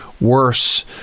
Worse